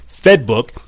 Fedbook